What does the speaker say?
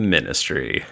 Ministry